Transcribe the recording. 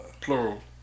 Plural